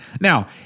Now